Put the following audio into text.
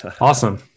Awesome